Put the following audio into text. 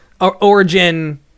origin